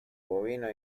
bovino